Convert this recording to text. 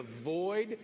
avoid